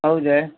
ಹೌದಾ